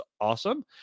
awesome